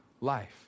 life